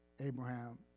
Abraham